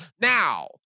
Now